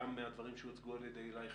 גם מהדברים שהוצגו על ידי עילי חיות,